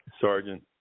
Sergeant